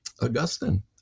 Augustine